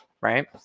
right